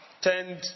tend